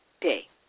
day